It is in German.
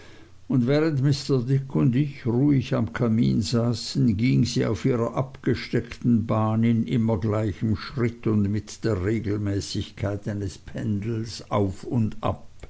und während mr dick und ich ruhig am kamin saßen ging sie auf ihrer abgesteckten bahn in immer gleichem schritt und mit der regelmäßigkeit eines pendels auf und ab